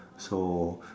so